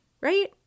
right